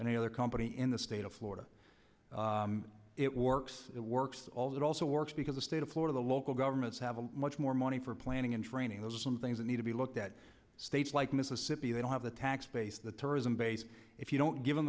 any other company in the state of florida it works it works although it also works because the state of florida local governments have much more money for planning and training those are some things that need to be looked at states like mississippi they don't have the tax base the tourism base if you don't given the